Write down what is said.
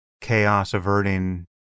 chaos-averting